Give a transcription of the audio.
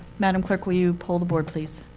madam clerk, will you poll the board, please.